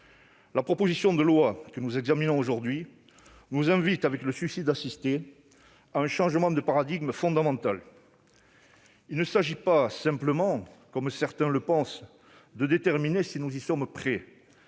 La proposition de loi que nous examinons aujourd'hui nous invite, avec le suicide assisté, à un changement de paradigme fondamental. Il ne s'agit pas simplement, comme certains le pensent, de déterminer si nous y sommes prêts